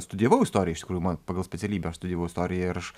studijavau istoriją iš tikrųjų man pagal specialybę aš studijavau istoriją ir aš